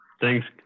thanks